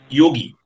yogi